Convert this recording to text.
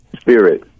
spirit